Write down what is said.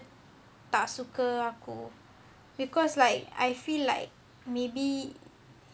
tak suka aku because like I feel like maybe